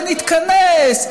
ונתכנס,